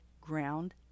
ground